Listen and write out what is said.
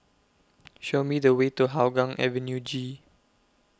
Show Me The Way to Hougang Avenue G